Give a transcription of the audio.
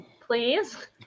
Please